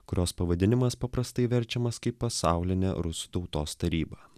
kurios pavadinimas paprastai verčiamas kaip pasaulinė rusų tautos taryba